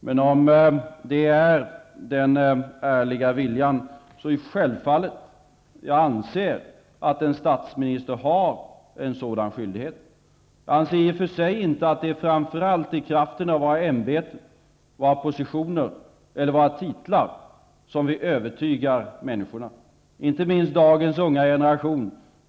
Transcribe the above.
Men om detta är en ärlig vilja vill jag säga att jag anser att en statsminister har en sådan skyldighet. I och för sig anser jag inte att det framför allt är med kraften av våra ämbeten, positioner eller titlar som vi övertygar människorna, inte minst dagens unga generation.